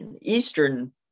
Eastern